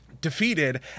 defeated